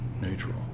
neutral